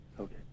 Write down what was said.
Okay